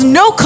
no